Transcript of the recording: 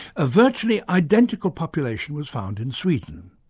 a virtually identical population was found in sweden.